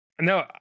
No